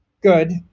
Good